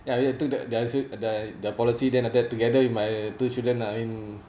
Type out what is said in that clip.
ya we took the their insur~ the the policy then after that together with my two children uh I mean